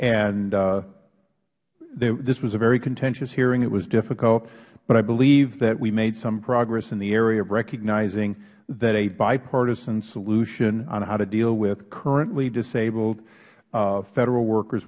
this was a very contentious hearing it was difficult but i believe that we made some progress in the area of recognizing that a bipartisan solution on how to deal with currently disabled federal workers